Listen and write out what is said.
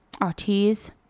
artists